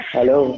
Hello।